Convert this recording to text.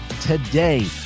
today